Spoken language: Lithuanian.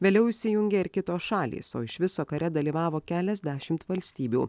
vėliau įsijungė ir kitos šalys o iš viso kare dalyvavo keliasdešimt valstybių